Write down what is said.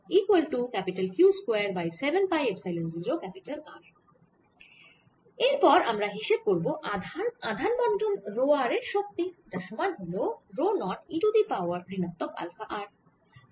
এরপর আমরা হিসেব করব আধান বণ্টন রো r এর শক্তি যার সমান হল rho 0 e to the power ঋণাত্মক আলফা r